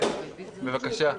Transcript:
כן, בבקשה.